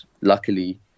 luckily